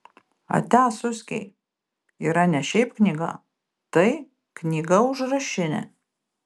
atia suskiai yra ne šiaip knyga tai knyga užrašinė